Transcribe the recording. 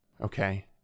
Okay